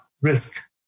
risk